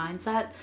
mindset